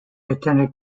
attended